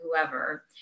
whoever